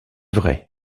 vrai